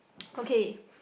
okay